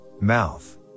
mouth